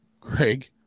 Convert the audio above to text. Greg